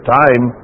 time